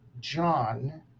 John